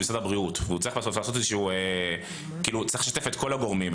משרד הבריאות והוא צריך לשתף את כל הגורמים.